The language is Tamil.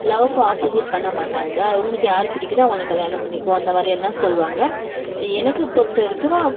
லவ்க்கு ஆப்போஸிட் பண்ண மாட்டாங்க உங்களுக்கு யாரை பிடிக்குதோ அவங்களை கல்யாணம் பண்ணிக்கோ அந்த மாதிரி எல்லாம் சொல்வாங்க எனக்கு பொருத்த வரைக்கும்